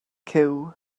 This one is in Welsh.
cyw